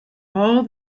all